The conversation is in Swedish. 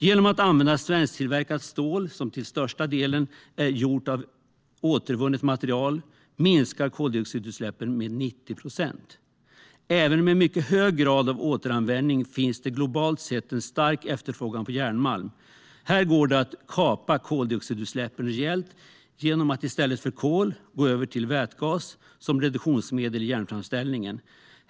Genom att använda svensktillverkat stål, som till största delen är gjort av återvunnet material, minskar man koldioxidutsläppen med 90 procent. Även med en mycket hög grad av återanvändning finns det globalt sett en stark efterfrågan på järnmalm. Här går det att kapa koldioxidutsläppen rejält genom att i stället för kol gå över till vätgas som reduktionsmedel vid järnframställningen.